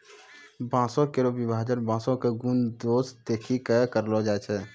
बांसों केरो विभाजन बांसों क गुन दोस देखि कॅ करलो जाय छै